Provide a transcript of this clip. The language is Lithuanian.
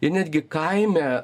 ir netgi kaime